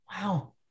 Wow